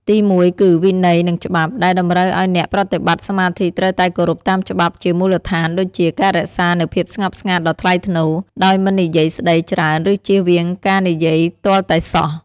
ទីមួយគឺ វិន័យ និងច្បាប់ ដែលតម្រូវឱ្យអ្នកប្រតិបត្តិសមាធិត្រូវតែគោរពតាមច្បាប់ជាមូលដ្ឋានដូចជា ការរក្សានូវ ភាពស្ងប់ស្ងាត់ដ៏ថ្លៃថ្នូរ ដោយមិននិយាយស្តីច្រើនឬជៀសវាងការនិយាយទាល់តែសោះ។